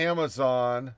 Amazon